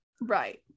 right